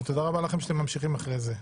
ותודה רבה לכם שאתם ממשיכים אחרי זה.